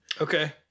Okay